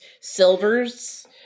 silvers